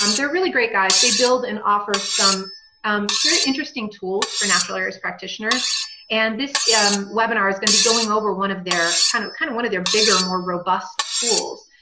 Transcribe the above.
um they're really great guys, they build and offer some um very interesting tools for natural areas practitioners and this webinar is going to be going over one of their kind of kind of one of their bigger more robust tools